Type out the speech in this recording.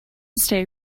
stay